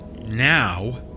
now